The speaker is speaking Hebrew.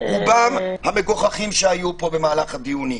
רובם המגוחכים שהיו פה במהלך הדיונים.